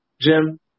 Jim